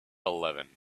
eleven